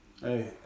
hey